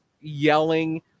yelling